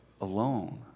alone